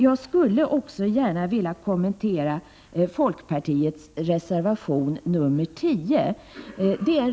Jag skulle också gärna vilja kommentera folkpartiets reservation nr 10.